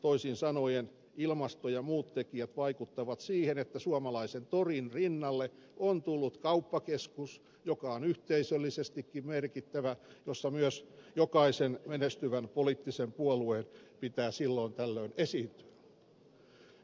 toisin sanoen ilmasto ja muut tekijät vaikuttavat siihen että suomalaisen torin rinnalle on tullut kauppakeskus joka on yhteisöllisestikin merkittävä jossa myös jokaisen menestyvän poliittisen puolueen pitää silloin tällöin esiintyä